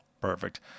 Perfect